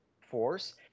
force